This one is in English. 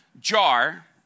jar